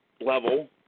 level